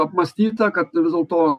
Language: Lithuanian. apmąstyta kad vis dėlto